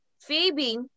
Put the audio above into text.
Phoebe